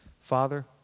Father